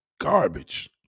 Garbage